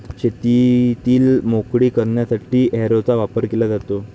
शेतातील माती मोकळी करण्यासाठी हॅरोचा वापर केला जातो